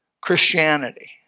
Christianity